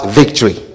victory